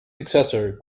successor